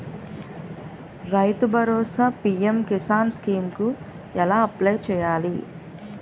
రైతు భరోసా PM Kisan scheme కు ఎలా అప్లయ్ చేయాలి?